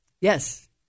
Yes